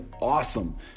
awesome